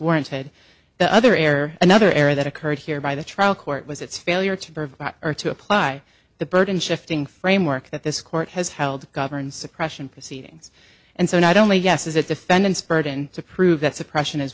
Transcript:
warranted but other air another area that occurred here by the trial court was its failure to provide or to apply the burden shifting framework that this court has held governs suppression proceedings and so not only yes is it defendant's burden to prove that suppression is